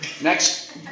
next